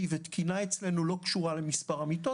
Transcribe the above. ותקינה לא קשורה אצלנו למספר המיטות,